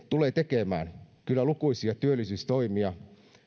tulee tekemään kyllä lukuisia työllisyystoimia